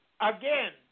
again